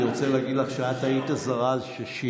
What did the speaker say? אני רוצה להגיד לך שאת היית הזרז שבגללו